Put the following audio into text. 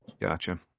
Gotcha